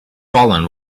fallen